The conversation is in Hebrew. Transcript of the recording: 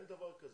אין דבר כזה.